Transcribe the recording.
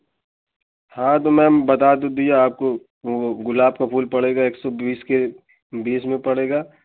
हाँ तो मैम बता तो दिया आपको वह गुलाब का फूल पड़ेगा एक सौ बीस के बीस में पड़ेगा